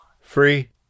Free